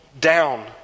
down